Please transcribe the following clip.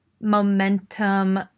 momentum